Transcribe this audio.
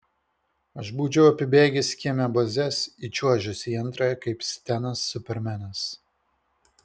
aš būčiau apibėgęs kieme bazes įčiuožęs į antrąją kaip stenas supermenas